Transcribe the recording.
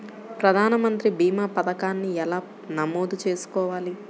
ప్రధాన మంత్రి భీమా పతకాన్ని ఎలా నమోదు చేసుకోవాలి?